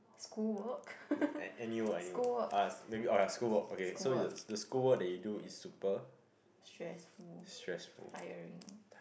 school work school work school work stressful tiring